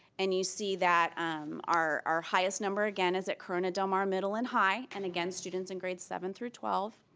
and you see that our our highest number, again, is at corona del mar middle and high and, again, students in grade seven through twelve,